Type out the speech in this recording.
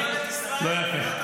זה לא יפה.